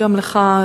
וגם לך,